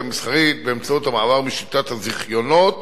המסחרית באמצעות המעבר משיטת הזיכיונות